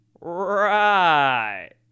Right